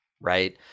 right